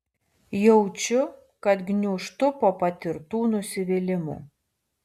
jaučiu kad gniūžtu po patirtų nusivylimų